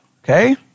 Okay